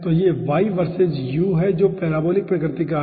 तो यह y versus u है जो पैराबोलिक प्रकृति है